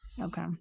okay